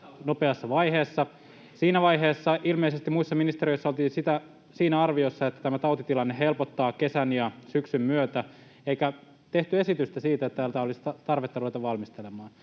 nopeassa vaiheessa. Siinä vaiheessa ilmeisesti muissa ministeriöissä oltiin siinä arviossa, että tämä tautitilanne helpottaa kesän ja syksyn myötä, eikä tehty esitystä siitä, että tätä olisi tarvetta ruveta valmistelemaan.